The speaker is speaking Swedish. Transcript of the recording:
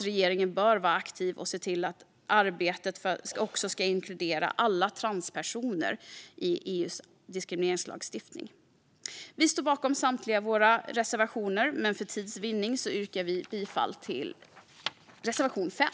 Regeringen bör vara aktiv och se till att arbetet också ska inkludera alla transpersoner i EU:s diskrimineringslagstiftning. Vi står bakom samtliga våra reservationer. Men för tids vinning yrkar jag bifall endast till reservation 5.